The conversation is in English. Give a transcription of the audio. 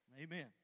Amen